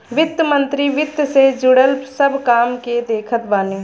वित्त मंत्री वित्त से जुड़ल सब काम के देखत बाने